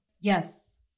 Yes